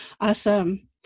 Awesome